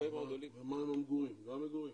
מה עם מגורים?